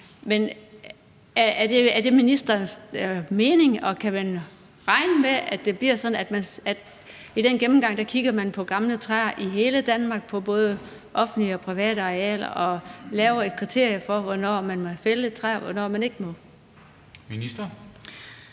Men er det ministerens mening, og kan man regne med, at det bliver sådan, at man i den gennemgang kigger på gamle træer i hele Danmark, på både offentlige og private arealer, og laver kriterier for, hvornår man må ikke fælde et træ, og hvornår man ikke må? Kl.